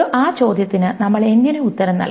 ആ ചോദ്യത്തിന് നമ്മൾ എങ്ങനെ ഉത്തരം നൽകും